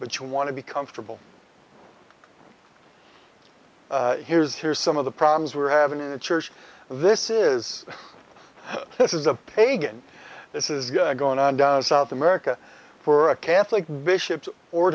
but you want to be comfortable here's here's some of the problems we're having in the church this is this is a pagan this is going to go on and south america for a catholic